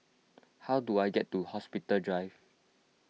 how do I get to Hospital Drive